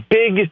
big